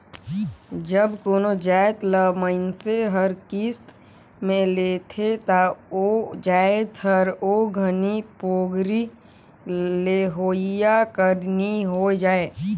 जब कोनो जाएत ल मइनसे हर किस्त में लेथे ता ओ जाएत हर ओ घनी पोगरी लेहोइया कर नी होए जाए